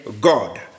god